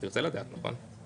תרצה לדעת, נכון?